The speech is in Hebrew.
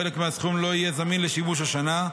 חלק מהסכום לא יהיה זמין לשימוש השנה.